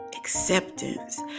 acceptance